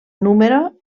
número